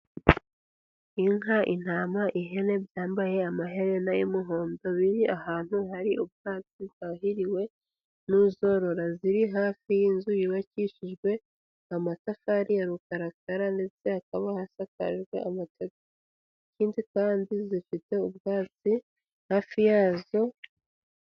Inka, intama, ihene byambaye amahena y'umuhondo, biri ahantu hari ubwatsi zahiriwe n'uzorora, ziri hafi y'inzu yubakishijwe amatafari ya rukarakara ndetse hakaba hasakajwe amategura ikindi kandi zifite ubwatsi hafi yazo.